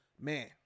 Man